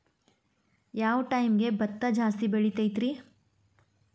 ಯಾವ ಟೈಮ್ಗೆ ಭತ್ತ ಜಾಸ್ತಿ ಬೆಳಿತೈತ್ರೇ?